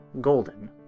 golden